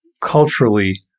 culturally